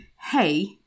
hey